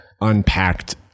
Unpacked